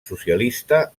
socialista